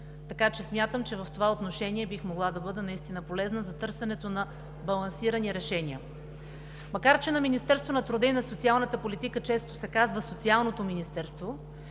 Така че смятам, че в това отношение бих могла да бъда наистина полезна за търсенето на балансирани решения. Макар че на Министерството на труда и на социалната политика често се казва „Социалното министерство“,